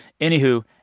Anywho